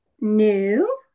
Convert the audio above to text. new